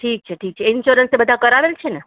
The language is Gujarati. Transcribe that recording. ઠીક છે ઠીક છે ઇન્સ્યોરન્સે બધા કરાવેલ છે ને